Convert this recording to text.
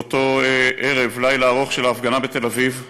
באותו ערב-לילה ארוך של ההפגנה בתל-אביב.